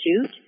shoot